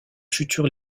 futurs